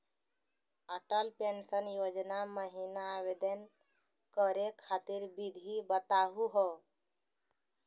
Atal pension Yojana महिना आवेदन करै खातिर विधि बताहु हो?